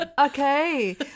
okay